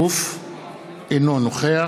בשמות חברי הכנסת) עבדאללה אבו מערוף, אינו נוכח